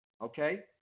okay